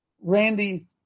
Randy